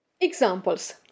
Examples